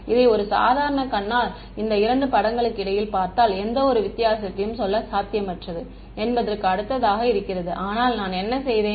இதை ஒரு சாதாரணக் கண்ணால் இந்த இரண்டு படங்களுக்கு இடையில் பார்த்தால் எந்தவொரு வித்தியாசத்தையும் சொல்ல சாத்தியமற்றது என்பதற்கு அடுத்ததாக இருக்கிறது ஆனால் நான் என்ன செய்தேன்